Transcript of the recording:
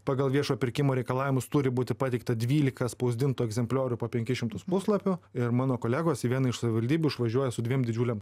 pagal viešo pirkimo reikalavimus turi būti pateikta dvylika spausdintų egzempliorių po penkis šimtus puslapių ir mano kolegos į vieną iš savivaldybių išvažiuoja su dviem didžiulėm